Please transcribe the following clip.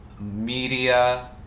media